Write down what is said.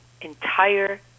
entire